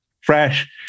fresh